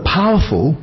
powerful